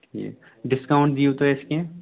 ٹھیٖک ڈِسکاوُنٹ دِیِو تُہۍ اَسہِ کیٚنہہ